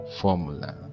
formula